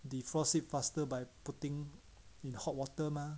defrost it faster by putting in hot water mah